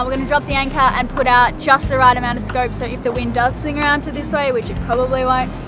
um gonna drop the anchor and put out just the right amount of scopes, so if the wind does swing around to this way, which it probably like